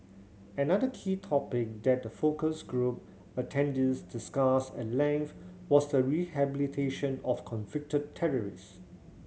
another key topic that the focus group attendees discussed at length was the rehabilitation of convicted terrorist